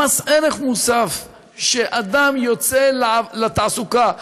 הערך המוסף כשאדם יוצא לתעסוקה,